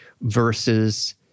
versus